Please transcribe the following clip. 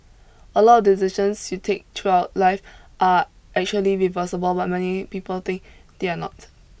a lot of decisions you take throughout life are actually reversible but many people think they're not